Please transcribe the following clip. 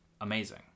amazing